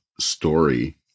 story